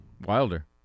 Wilder